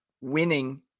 winning